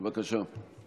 בבקשה.